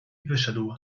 wyszedł